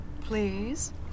Please